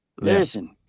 Listen